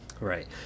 Right